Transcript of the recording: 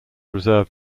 reserve